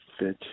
Bitch